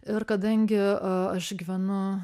ir kadangi aš gyvenu